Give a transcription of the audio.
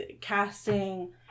casting